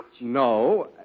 No